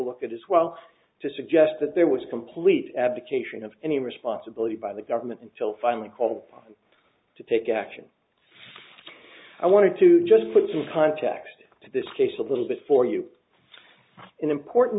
look at as well to suggest that there was a complete abdication of any responsibility by the government until finally called to take action i wanted to just put some context to this case a little bit for you in important